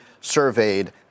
surveyed